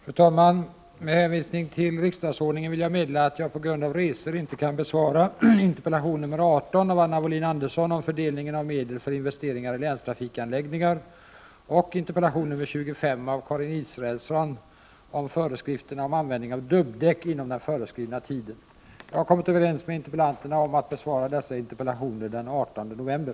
Herr talman! Jag hade för avsikt att besvara interpellationen av Gunnar Björk angående föräldrapenning vid medverkan i föräldrakooperativt daghem den 24 oktober, men eftersom interpellanten är förhindrad att ta emot svaret då kan interpellationen inte besvaras inom den föreskrivna tiden av fyra veckor. Jag har kommit överens med Gunnar Björk om att besvara interpellationen den 8 november.